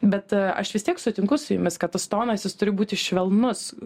bet a aš vis tiek sutinku su jumis kad tas tonas jis turi būti švelnus